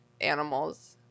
animals